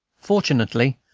fortunately,